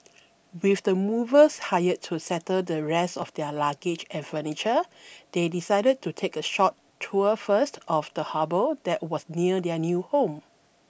with the movers hired to settle the rest of their luggage and furniture they decided to take a short tour first of the harbour that was near their new home